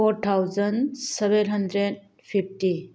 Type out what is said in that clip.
four thousand seven hundred fifty